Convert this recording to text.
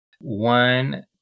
One